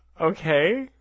Okay